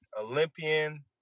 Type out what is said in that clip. Olympian